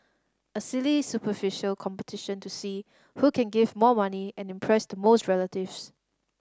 a silly superficial competition to see who can give more money and impress the most relatives